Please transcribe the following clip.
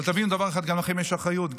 אבל תבינו דבר אחד: גם לכם יש אחריות.